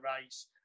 race